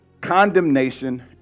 condemnation